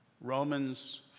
Romans